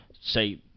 say